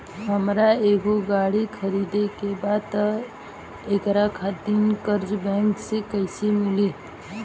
हमरा एगो गाड़ी खरीदे के बा त एकरा खातिर कर्जा बैंक से कईसे मिली?